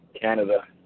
Canada